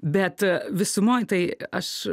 bet visumoj tai aš